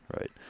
right